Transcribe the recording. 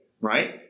right